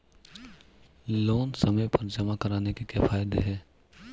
Loan समय पर जमा कराने के क्या फायदे हैं?